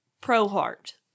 pro-heart